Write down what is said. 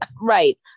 Right